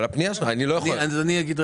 אני רוצה להגיד,